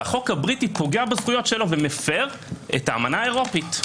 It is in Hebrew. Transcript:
והחוק הבריטי פוגע בזכויות שלו ומפר את האמנה האירופית.